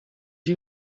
you